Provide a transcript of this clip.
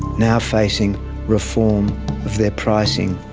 now facing reform of their pricing,